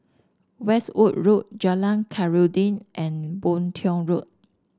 Westwood Road Jalan Khairuddin and Boon Tiong Road